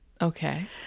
Okay